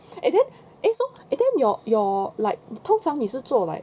eh then eh so your your like 通常你是做 like